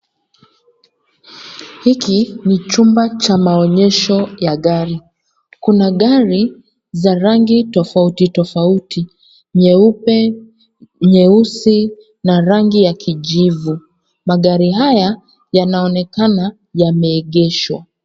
Hiki ni chumba cha maonyesho ya gari. Kuna gari za rangi tofauti tofauti, nyeupe, nyeusi na rangi ya kijivu. Magari haya yanaonekana yameegeshwa.